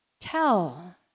tell